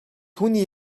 түүний